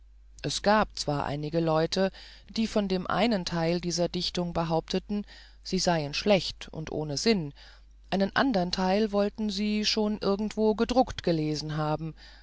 es gab zwar einige leute die von dem einen teil dieser dichtungen behaupteten sie seien schlecht und ohne sinn einen andern teil wollten sie schon irgendwo gedruckt gelesen haben